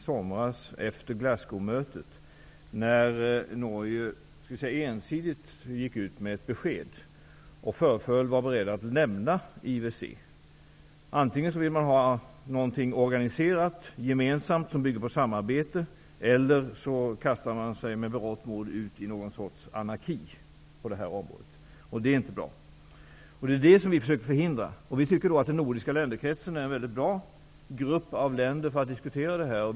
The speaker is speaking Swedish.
Norge gick så att säga ensidigt ut med ett besked och föreföll vara berett att lämna IWC. Antingen vill man ha någonting organiserat gemensamt, som bygger på samarbete, eller så kastar man sig med berått mod ut i någon sorts anarki på det här området. Det är inte bra. Detta försöker vi förhindra. Vi tycker då att den nordiska länderkretsen är väldigt bra att diskutera dessa frågor i.